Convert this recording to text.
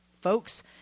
folks